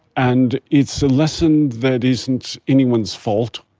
and it's a lesson that isn't anyone's fault.